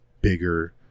bigger